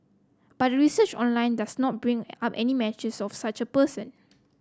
but a research online does not bring up any matches of such a person